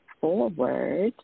forward